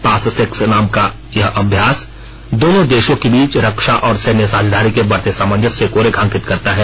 PASSEX नाम का यह अभ्यास दोनों देशों के बीच रक्षा और सैन्य साझेदारी के बढ़ते सामंजस्य को रेखांकित करता है